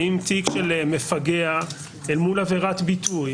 האם תיק של מפגע אל מול עבירת ביטוי,